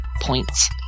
Points